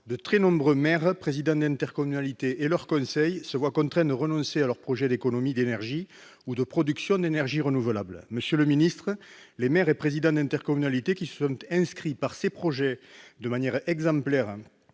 de très nombreux maires, présidents d'intercommunalité et leurs conseils se voient contraints de renoncer à leurs projets d'économie d'énergie ou de production d'énergie renouvelable. Monsieur le secrétaire d'État, les maires et présidents d'intercommunalité qui se sont inscrits de manière exemplaire,